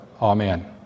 Amen